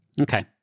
Okay